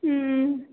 ம் ம்